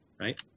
right